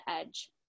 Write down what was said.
edge